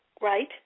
Right